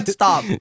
stop